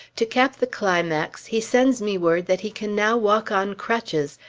to cap the climax, he sends me word that he can now walk on crutches,